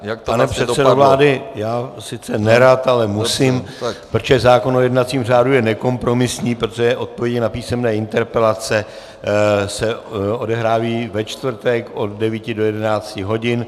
Tak pane předsedo vlády, já sice nerad, ale musím, protože zákon o jednacím řádu je nekompromisní, protože odpovědi na písemné interpelace se odehrávají ve čtvrtek od 9 do 11 hodin.